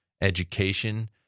education